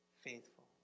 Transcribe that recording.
faithful